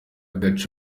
gace